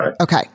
Okay